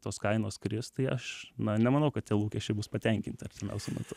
tos kainos kris tai aš na nemanau kad tie lūkesčiai bus patenkinti artimiausiu metu